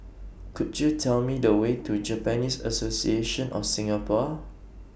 Could YOU Tell Me The Way to Japanese Association of Singapore